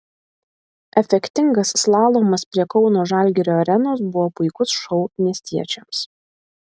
efektingas slalomas prie kauno žalgirio arenos buvo puikus šou miestiečiams